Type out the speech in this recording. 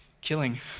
killing